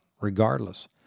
regardless